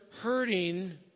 hurting